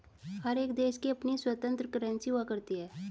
हर एक देश की अपनी स्वतन्त्र करेंसी हुआ करती है